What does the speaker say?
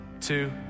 two